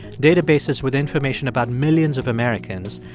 databases with information about millions of americans,